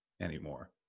anymore